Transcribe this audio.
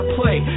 play